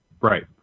Right